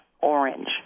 orange